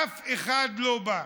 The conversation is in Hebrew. אף אחד לא בא.